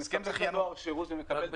הוא מספק לדואר שירות ומקבל בתמורה --- חבר'ה,